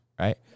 right